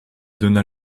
donna